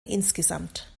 insgesamt